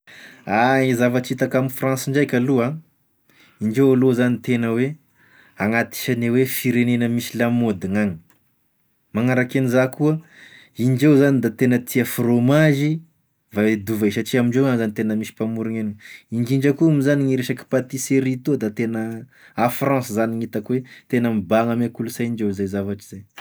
Ah, i zavatry hitako ame Fransa ndraika aloha an, indreo aloha zany tena hoe agnisagne hoe firegnena misy lamaody gn'agny, magnaraky agn'iza koa, indreo zany tena tia fromazy vao e divay, satria amindreo any zany tena misy mpamorogny agn'io, indrindra koa moa zany gny resaky patisserie toy da tena à France zany gn'hitako hoe tena mibahagna ame kolosaindreo ze zavatry zay.